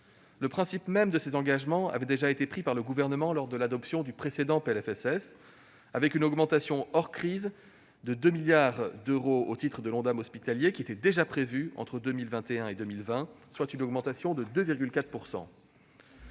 Le principe même de ces engagements avait déjà été pris par le Gouvernement lors de l'adoption du précédent PLFSS. Une augmentation, hors crise, de 2 milliards d'euros au titre de l'Ondam hospitalier était déjà prévue entre 2020 et 2021, soit une hausse de 2,4 %.